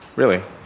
really?